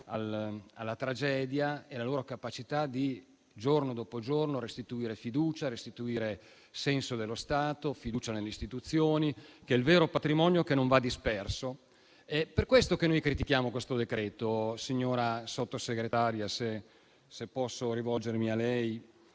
alla tragedia e la loro capacità, giorno dopo giorno, di restituire fiducia, senso dello Stato, fiducia nelle istituzioni, che sono il vero patrimonio che non va disperso. È per questo che noi critichiamo questo decreto-legge, signora Sottosegretaria, se posso rivolgermi a lei,